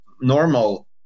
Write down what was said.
normal